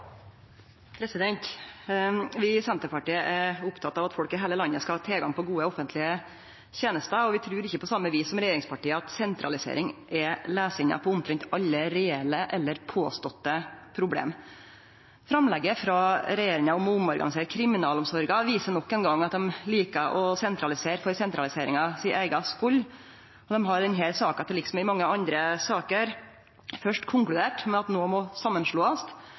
heile landet skal ha tilgang til gode offentlege tenester, og vi trur ikkje på same vis som regjeringspartia at sentralisering er løysinga på omtrent alle reelle eller påståtte problem. Framlegget frå regjeringa om omorganisering av kriminalomsorga viser nok ein gong at dei liker å sentralisere for sentraliseringa si eiga skuld. Dei har i denne saka til liks med mange andre saker først konkludert med at noko må